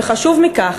וחשוב מכך,